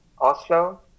Oslo